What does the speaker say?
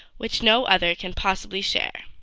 which no other can possibly share.